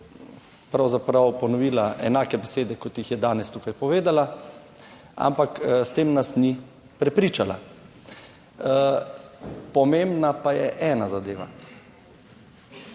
pravzaprav ponovila enake besede, kot jih je danes tukaj povedala, ampak s tem nas ni prepričala. Pomembna pa je ena zadeva.